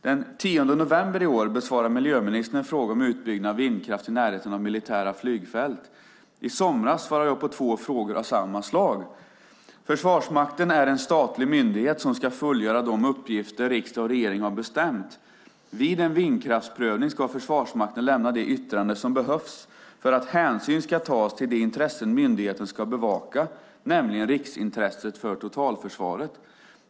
Den 10 november i år besvarade miljöministern en fråga om utbyggnaden av vindkraft i närheten av militära flygfält . I somras svarade jag på två frågor av samma slag . Försvarsmakten är en statlig myndighet som ska fullgöra de uppgifter riksdag och regering har bestämt. Vid en vindkraftsprövning ska Försvarsmakten lämna det yttrande som behövs för att hänsyn ska tas till det intresse myndigheten ska bevaka, nämligen riksintresset för totalförsvaret.